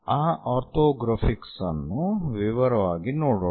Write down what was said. ಆ ಆರ್ಥೋಗ್ರಾಫಿಕ್ಸ್ ಅನ್ನು ವಿವರವಾಗಿ ನೋಡೋಣ